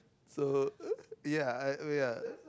so uh ya I oh ya